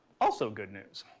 also good news.